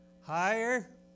Higher